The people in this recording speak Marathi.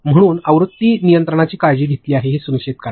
म्हणून आवृत्ती नियंत्रणाची काळजी घेतली आहे हे सुनिश्चित करा